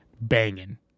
banging